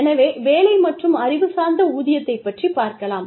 எனவே வேலை மற்றும் அறிவு சார்ந்த ஊதியத்தைப் பற்றிப்பார்க்கலாம்